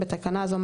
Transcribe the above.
בתקנה זו,